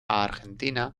argentina